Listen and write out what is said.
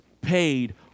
paid